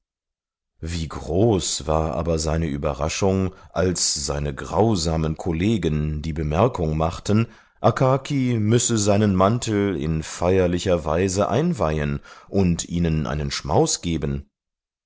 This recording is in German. wie groß war aber seine überraschung als seine grausamen kollegen die bemerkung machten akaki müsse seinen mantel in feierlicher weise einweihen und ihnen einen schmaus geben